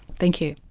thank you.